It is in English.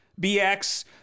BX